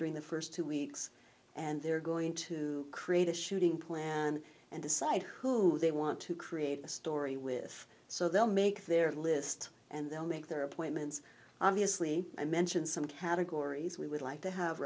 during the first two weeks and they're going to create a shooting plan and decide who they want to create a story with so they'll make their list and they'll make their appointments obviously i mentioned some categories we would like to have